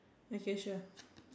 okay sure